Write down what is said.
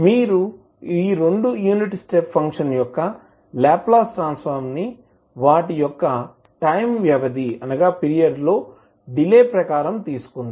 మీరు రెండు unit step function యొక్క లాప్లాస్ ట్రాన్సఫార్మ్ ని వాటి యొక్క టైం వ్యవధి లో డిలే ప్రకారం తీసుకుందాం